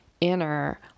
inner